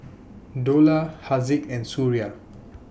Dollah Haziq and Suria